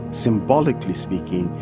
symbolically speaking,